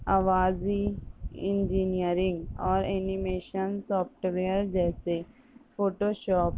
آوازی engineering اور animation software جیسے Photoshop